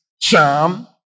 charm